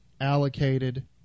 allocated